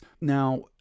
Now